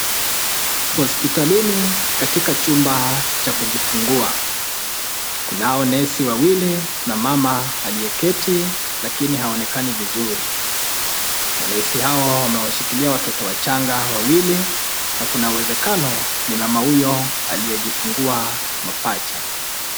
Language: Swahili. Hospitalini katika vhumba cha kujifungua. Kunao nesi wawili na mama aliyeketi lakini haonekani vizuri. Manesi hao wamewashikilia watoto wachanga wawili na kuna uwezekano ni mama huyo aliyejigungua mapacha.